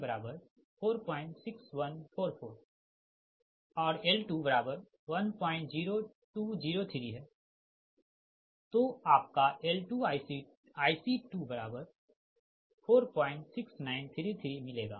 और L210203 है तो आपका L2IC246933मिलेगा